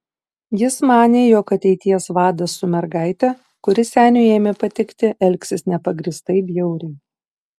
jis manė jog ateities vadas su mergaite kuri seniui ėmė patikti elgsis nepagrįstai bjauriai